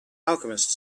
alchemist